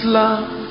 love